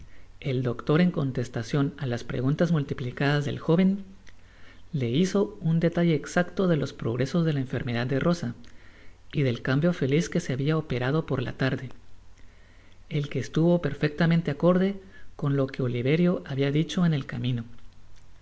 el doctor en contestacion á las preguntas multiplicadas del joven le liizo un detalle ecsacto de los progresos de la enfermedad de rosa y del cambio feliz que se habia operado por la larde el que estuvo perfectamente acorde con lo que oliverio habia dicho en el camino